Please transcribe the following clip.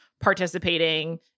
participating